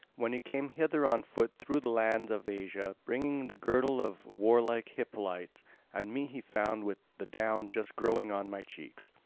when he came hither on foot through the land of asia bringing the girdle of warlike hippolyte and me he found with the down just growing on my cheeks.